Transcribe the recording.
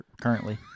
currently